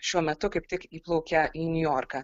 šiuo metu kaip tik įplaukia į niujorką